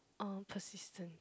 uh persistent